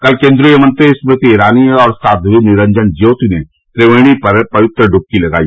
कल केन्द्रीय मंत्री स्मृति ईरानी और साध्वी निरंजन ज्योति ने त्रिवेणी पर पवित्र डुबकी लगाई